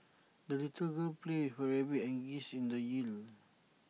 the little girl played her rabbit and geese in the year